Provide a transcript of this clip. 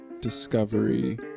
discovery